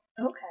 Okay